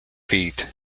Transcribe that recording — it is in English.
feet